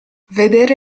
vedere